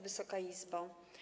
Wysoka Izbo!